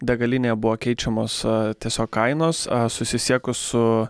degalinėje buvo keičiamos tiesiog kainos a susisiekus su